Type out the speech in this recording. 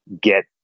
get